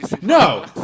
No